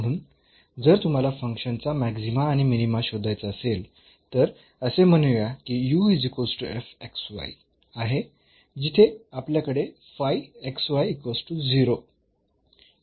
म्हणून जर तुम्हाला फंक्शन चा मॅक्सीमा आणि मिनीमा शोधायचा असेल तर असे म्हणूया की आहे जिथे आपल्याकडे काही दुसरा कन्स्ट्रेन्ट आहे